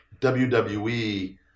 WWE